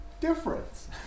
difference